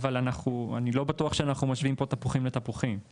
אבל אני לא בטוח שאנחנו משווים פה תפוחים לתפוחים.